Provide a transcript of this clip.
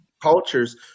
cultures